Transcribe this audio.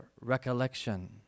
recollection